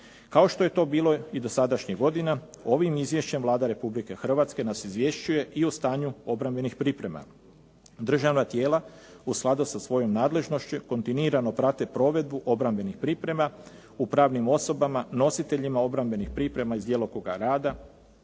Kao što je to bilo i dosadašnjih godina, ovim izvješćem Vlada Republike Hrvatske nas izvješćuje i o stanju obrambenih priprema. Državna tijela u skladu sa svojom nadležnošću kontinuirano prate provedbu obrambenih priprema u pravnim osobama, nositelja obrambenih priprema iz djelokruga rada,